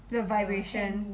the vibration